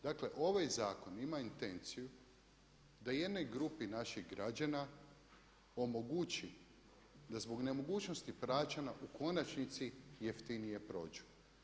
Dakle ovaj zakon ima intenciju da jednoj grupi naših građana omogući da zbog nemogućnosti plaćanja u konačnici jeftinije prođu.